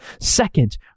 Second